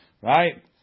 Right